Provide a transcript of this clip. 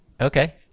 Okay